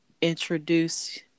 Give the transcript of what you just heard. introduce